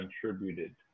contributed